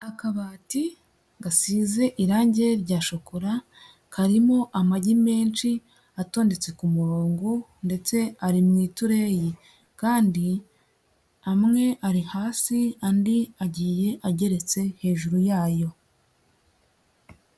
Akabati gasize irange rya shokora karimo amagi menshi atondetse ku murongo ndetse ari mu itureyi kandi amwe ari hasi, andi agiye ageretse hejuru yayo.